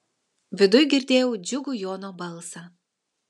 viduj girdėjau džiugų jono balsą